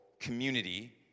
community